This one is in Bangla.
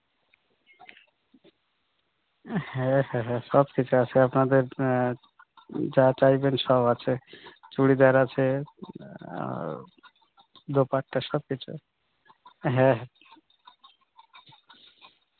হ্যাঁ হ্যাঁ হ্যাঁ সব কিছু আছে আপনাদের যা চাইবেন সব আছে চুড়িদার আছে আর দোপাট্টা সব কিছু হ্যাঁ হ্যাঁ